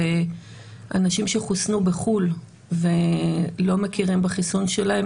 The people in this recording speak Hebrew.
אנשים שחוסנו בחו"ל ולא מכירים בחיסון שלהם.